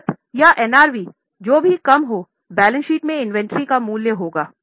लागत या NRV जो भी कम हो बैलेंस शीट में इन्वेंट्री का मूल्य होगा